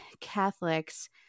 Catholics